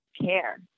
care